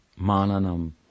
mananam